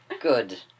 Good